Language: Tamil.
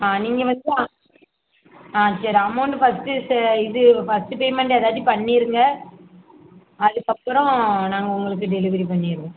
ஆ நீங்கள் வந்து ஆ சரி அமௌண்ட்டு ஃபர்ஸ்ட்டு ச இது ஃபர்ஸ்ட்டு பேமண்ட்டு ஏதாச்சும் பண்ணிருங்க அதுக்கப்புறோம் நாங்கள் உங்களுக்கு டெலிவரி பண்ணிருவோம்